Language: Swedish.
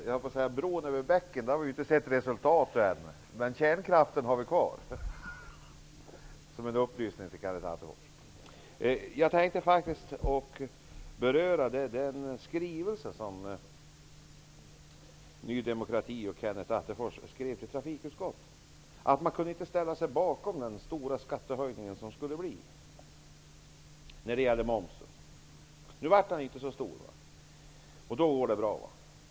Herr talman! Här har vi inte sett något resultat än, men kärnkraften har vi kvar -- detta som en upplysning till Kenneth Attefors. Jag tänkte faktiskt beröra den skrivelse som Ny demokrati och Kenneth Attefors skickade till trafikutskottet om att man inte kan ställa sig bakom den stora skattehöjning som det skulle bli när det gäller momsen. Nu blev den inte så stor, och då går det bra.